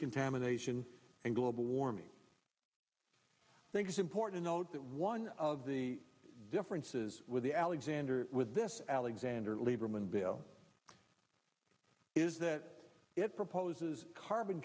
contamination and global warming i think it's important that one of the france's with the alexander with this alexander lieberman bill is that it proposes carbon